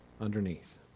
underneath